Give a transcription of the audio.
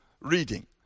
reading